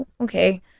okay